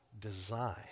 design